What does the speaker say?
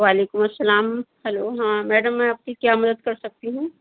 وعلیکم السلام ہیلو ہاں میڈم میں آپ کی کیا مدد کر سکتی ہوں